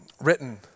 written